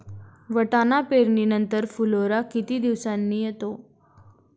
वाटाणा पेरणी नंतर फुलोरा किती दिवसांनी येतो?